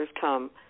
come